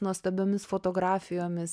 nuostabiomis fotografijomis